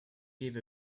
gave